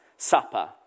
Supper